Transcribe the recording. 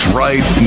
right